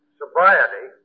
sobriety